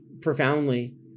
profoundly